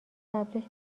قبلش